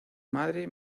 madre